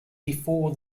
before